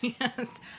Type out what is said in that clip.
Yes